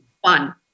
One